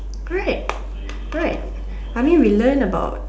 right right I mean we learn about